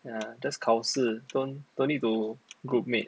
yeah just 考试 don't don't need to group mate